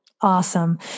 Awesome